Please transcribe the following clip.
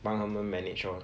帮他们 manage lor